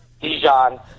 Dijon